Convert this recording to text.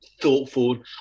thoughtful